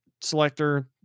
selector